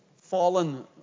fallen